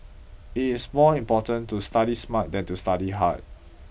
it is more important to study smart than to study hard